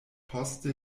poste